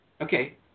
Okay